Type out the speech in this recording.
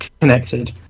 connected